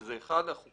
וזה אחד החוקים